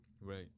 Right